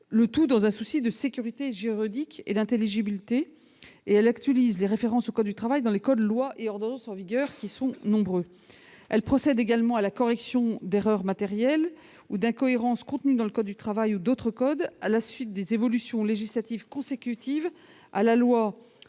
le tout dans un souci de sécurité juridique et d'intelligibilité, et actualiser les références au code du travail dans les codes, lois et ordonnances en vigueur. Elle procède également à la correction des erreurs matérielles ou des incohérences contenues dans le code du travail ou d'autres codes à la suite des évolutions législatives consécutives à la loi